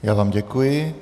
Já vám děkuji.